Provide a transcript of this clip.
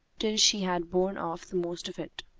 till she had borne off the most of it.